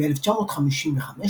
ב-1955,